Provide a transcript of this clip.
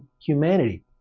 humanity